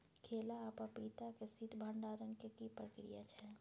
केला आ पपीता के शीत भंडारण के की प्रक्रिया छै?